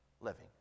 living